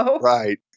Right